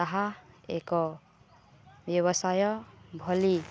ତାହା ଏକ ବ୍ୟବସାୟ ଭଲି